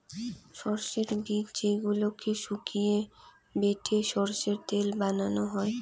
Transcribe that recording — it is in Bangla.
সরষের বীজ যেইগুলোকে শুকিয়ে বেটে সরষের তেল বানানো হই